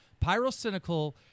Pyrocynical